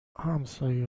همسایه